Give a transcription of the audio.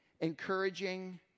encouraging